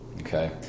Okay